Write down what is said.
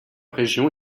région